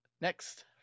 next